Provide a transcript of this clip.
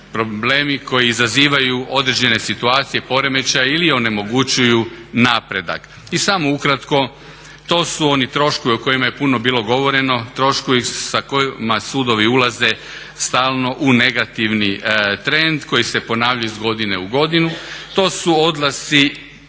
problemi koji izazivaju određene situacije, poremećaje ili onemogućuju napredak. I samo ukratko, to su oni troškovi o kojima je puno bilo govoreno, troškovi sa kojima sudovi ulaze stalno u negativni trend koji se ponavlja iz godine u godinu. To su odlasci,